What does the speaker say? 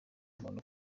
umuntu